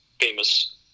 famous